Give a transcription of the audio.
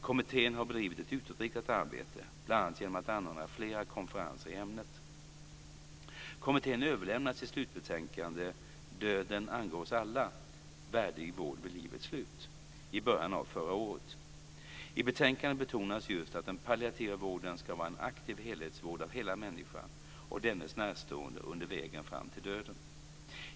Kommittén har bedrivit ett utåtriktat arbete, bl.a. genom att anordna flera konferenser i ämnet. I betänkandet betonas just att den palliativa vården ska vara en aktiv helhetsvård av hela människan och dennes närstående under vägen fram till döden.